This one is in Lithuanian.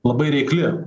labai reikli